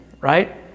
right